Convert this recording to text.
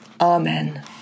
Amen